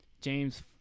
James